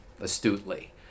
astutely